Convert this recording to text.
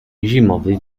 zimowy